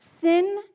Sin